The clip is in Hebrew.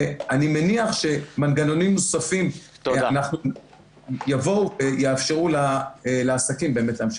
ואני מניח שמנגנונים נוספים יאפשרו לעסקים באמת להמשיך.